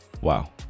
wow